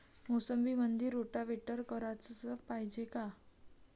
मोसंबीमंदी रोटावेटर कराच पायजे का?